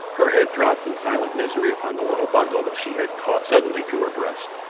her head drooped in silent misery upon the little bundle that she had caught suddenly to her breast.